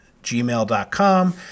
Gmail.com